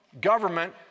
government